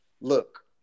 look